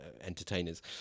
entertainers